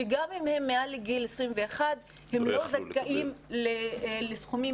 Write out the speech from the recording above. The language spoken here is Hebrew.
שגם אם הם מעל גיל 21 הם לא זכאים לפיצוי אלא לסכומים